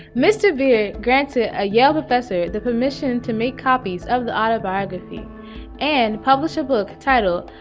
mr. beard granted a yale professor the permission to make copies of the autobiography and publish a book titled,